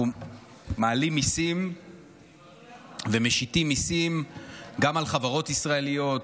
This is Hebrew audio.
אנחנו מעלים מיסים ומשיתים מיסים גם על חברות ישראליות,